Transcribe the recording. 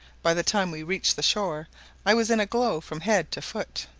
by the time we reached the shore i was in a glow from head to foot.